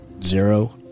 zero